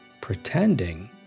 pretending